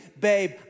babe